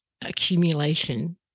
accumulation